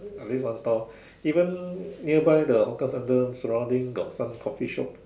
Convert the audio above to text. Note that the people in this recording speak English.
at least one stall even nearby the hawker centre surrounding got some Coffee shop